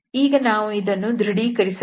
ಈಗ ನಾವು ಇದನ್ನು ದೃಢಪಡಿಸಬೇಕು